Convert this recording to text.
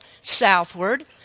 southward